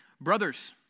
Brothers